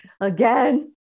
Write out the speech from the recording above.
again